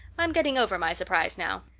i'm getting over my surprise now.